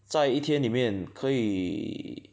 在一天里面可以